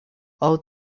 all